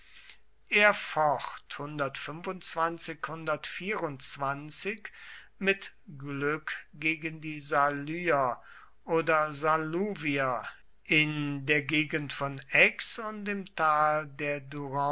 er focht mit glück gegen die salyer oder salluvier in der gegend von aix und im tal der